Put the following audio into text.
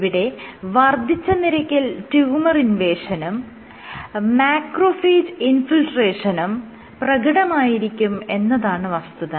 ഇവിടെ വർദ്ധിച്ച നിരക്കിൽ ട്യൂമർ ഇൻവേഷനും മാക്രോഫേജ് ഇൻഫിൽട്രേഷനും പ്രകടമായിരിക്കും എന്നതാണ് വസ്തുത